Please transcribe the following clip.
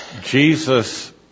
Jesus